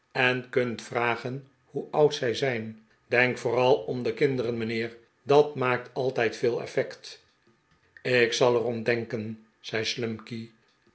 en kunt vragen hoe oud zij zijn denk vooral om de kinderen mijnheer dat maakt altijd veel effect ik zal er om denken